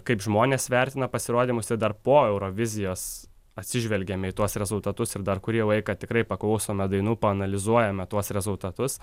kaip žmonės vertina pasirodymus ir dar po eurovizijos atsižvelgėme į tuos rezultatus ir dar kurį laiką tikrai paklausome dainų paanalizuojame tuos rezultatus